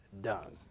done